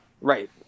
Right